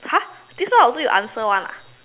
!huh! this one also your answer [one] ah